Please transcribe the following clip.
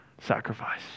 sacrifice